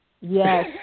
Yes